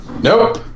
nope